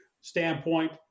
standpoint